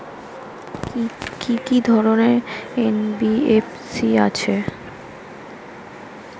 কি কি ধরনের এন.বি.এফ.সি আছে?